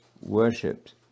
worshipped